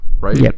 Right